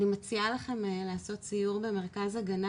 אני מציעה לכם לעשות סיור במרכז הגנה,